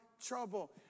trouble